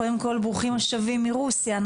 קודם כל ברוכים השבים מרוסיה,